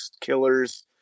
Killers